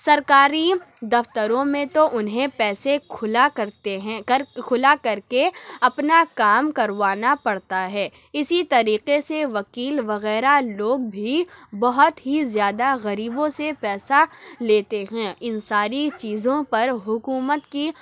سرکاری دفتروں میں تو انہیں پیسے کھلا کر کرتے ہیں کھلا کر کے اپنا کام کروانا پڑتا ہے اسی طریقے سے وکیل وغیرہ لوگ بھی بہت ہی زیادہ غریبوں سے پیسہ لیتے ہیں ان ساری چیزوں پر حکومت کی